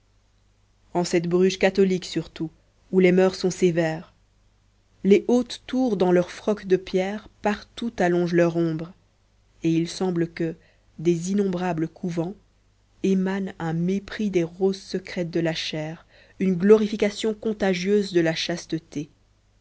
en cette bruges catholique surtout où les moeurs sont sévères les hautes tours dans leurs frocs de pierre partout allongent leur ombre et il semble que des innombrables couvents émane un mépris des roses secrètes de la chair une glorification contagieuse de la chasteté